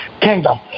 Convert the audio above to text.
kingdom